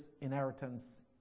inheritance